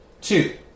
Two